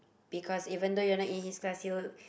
because even though you're not in his class he will